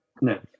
No